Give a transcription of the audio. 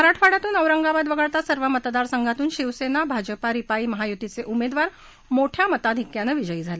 मराठवाड्यातून औरंगाबाद वगळता सर्व मतदार संघातून शिवसेना भाजपा रिपाई महायुतीचे उमेदवार मोठ्या मताधिक्यानं विजयी झाले